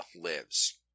lives